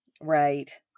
Right